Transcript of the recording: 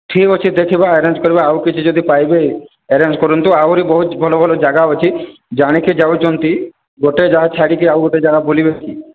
ଠିକ ଅଛି ଦେଖିବା ଆରେଞ୍ଜ କରିବା ଆଉ କିଛି ଯଦି ପାଇବେ ଆରେଞ୍ଜ କରନ୍ତୁ ଆହୁରି ବହୁତ ଭଲ ଭଲ ଜାଗା ଅଛି ଜଣିକି ଯାଉଛନ୍ତି ଗୋଟିଏ ଜାଗା ଛାଡ଼ିକି ଆଉ ଗୋଟିଏ ଜାଗା ବୁଲିବେ କି